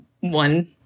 one